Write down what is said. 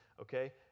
okay